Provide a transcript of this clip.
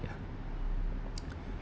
ya